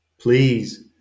please